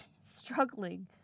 struggling